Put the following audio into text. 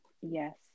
yes